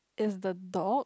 is the dog